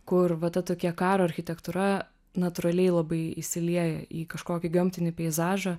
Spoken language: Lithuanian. kur va ta tokia karo architektūra natūraliai labai įsilieja į kažkokį gamtinį peizažą